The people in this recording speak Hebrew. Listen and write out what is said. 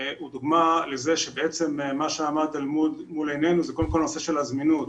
היא דוגמה לכך שמה שעמד מול עינינו זה קודם כל הנושא של הזמינות.